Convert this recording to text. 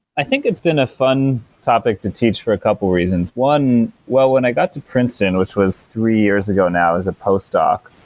i think it's been a fun topic to teach for a couple of reasons one, well when i got to princeton, which was three years ago now as a post doc,